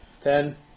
Ten